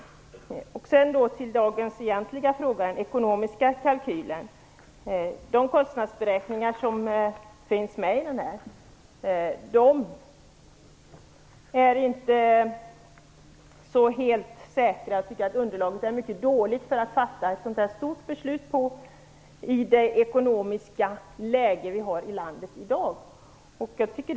Så till dagens egentliga fråga, den ekonomiska kalkylen. De kostnadsberäkningar som gjorts är inte så helt säkra, utan underlaget för att fatta ett så stort beslut är mycket dåligt i det ekonomiska läge som vi i dag har i landet.